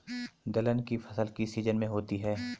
दलहन की फसल किस सीजन में होती है?